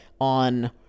on